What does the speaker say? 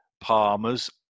Palmer's